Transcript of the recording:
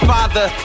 Father